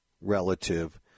relative